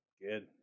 good